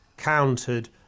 Countered